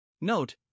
Note